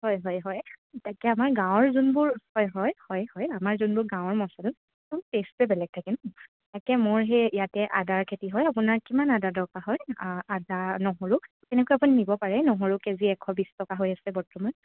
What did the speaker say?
হয় হয় হয় তাকে আমাৰ গাঁৱৰ যোনবোৰ হয় হয় হয় হয় আমাৰ যোনবোৰ গাঁৱৰ মছলাটো টেষ্টে বেলেগ থাকে ন তাকে মোৰ সেই ইয়াতে আদাৰ খেতি হয় আপোনাৰ কিমান আদা দৰকাৰ হয় আদা নহৰু তেনেকৈ আপুনি নিব পাৰে নহৰু কেজি এশ বিছ টকা হৈ আছে বৰ্তমান